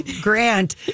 Grant